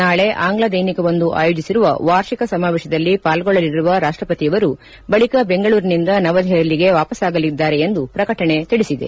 ನಾಳೆ ಆಂಗ್ಲ ದೈನಿಕವೊಂದು ಆಯೋಜಿಸಿರುವ ವಾರ್ಷಿಕ ಸಮಾವೇಶದಲ್ಲಿ ಪಾಲ್ಗೊಳ್ಳಲಿರುವ ರಾಷ್ಟಪತಿ ಬಳಿಕ ಬೆಂಗಳೂರಿನಿಂದ ನವದೆಹಲಿಗೆ ವಾಪಸ್ಸಾಗಲಿದ್ದಾರೆ ಎಂದು ಪ್ರಕಟಣೆ ತಿಳಿಸಿದೆ